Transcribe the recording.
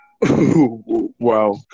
Wow